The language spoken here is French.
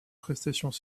prestations